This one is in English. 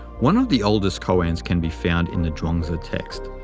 one of the oldest koans can be found in the chuang-tzu text,